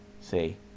See